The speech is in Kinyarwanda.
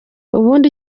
ubundi